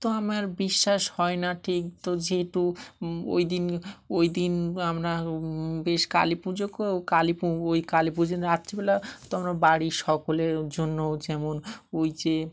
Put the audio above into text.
তো আমার বিশ্বাস হয় না ঠিক তো যেহেতু ওইদিন ওইদিন আমরা বেশ কালী পুজো কর কালী ওই কালী পুজোর রাত্রিবেলা তো আমরা বাড়ির সকলের জন্য যেমন ওই যে